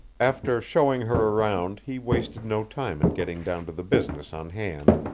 after showing her around he wasted no time in getting down to the business on hand,